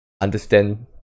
understand